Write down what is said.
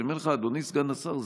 אני אומר לך, אדוני סגן השר,